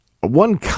One